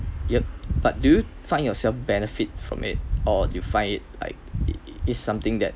yep but do you find yourself benefit from it or you find it like it it's something that